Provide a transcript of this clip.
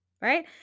right